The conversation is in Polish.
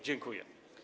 Dziękuję.